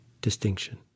distinction